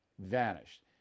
vanished